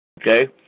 okay